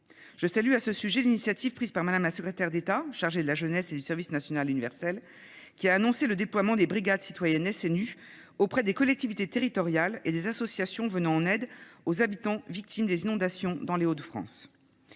Je salue à ce sujet l'initiative prise par madame la secrétaire d'État, chargée de la jeunesse et du service national universel, qui a annoncé le déploiement des brigades citoyennes SNU auprès des collectivités territoriales et des associations venant en aide aux habitants victimes des inondations dans les Hauts-de-France.